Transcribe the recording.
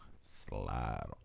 Slide